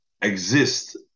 exist